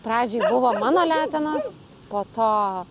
pradžioj buvo mano letenos po to